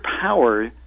power